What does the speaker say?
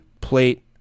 plate